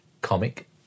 comic